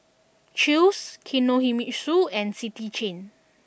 Chew's Kinohimitsu and City Chain